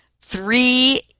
three